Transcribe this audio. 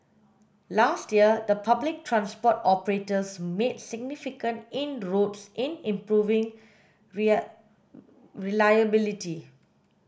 last year the public transport operators made significant inroads in improving reliability